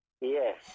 Yes